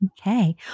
Okay